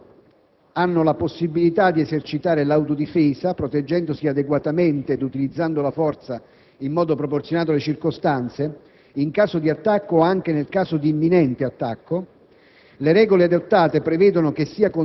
i militari italiani, questi hanno in Libano la possibilità di esercitare l'autodifesa proteggendosi adeguatamente o utilizzando la forza in modo proporzionale alle circostanze in caso di attacco o anche nel caso di imminente attacco.